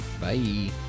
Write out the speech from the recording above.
Bye